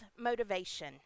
motivation